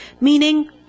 meaning